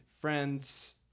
Friends